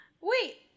Wait